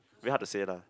very hard to say lah